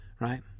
Right